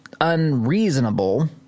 unreasonable